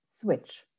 switch